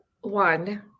one